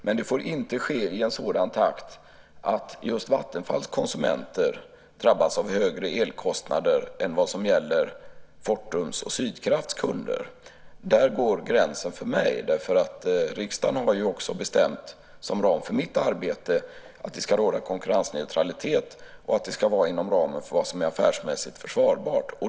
Men det får inte ske i en sådan takt att just Vattenfalls konsumenter drabbas av högre elkostnader än vad som gäller Fortums och Sydkrafts kunder. Där går gränsen för mig. Riksdagen har som ram för mitt arbete bestämt att det ska råda konkurrensneutralitet och att det ska vara inom ramen för vad som är affärsmässigt försvarbart.